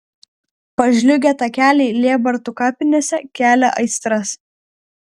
pažliugę takeliai lėbartų kapinėse kelia aistras